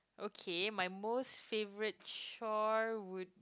okay my most favorite chore would